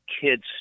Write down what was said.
kids